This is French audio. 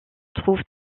trouvent